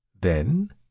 Then